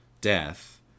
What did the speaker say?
death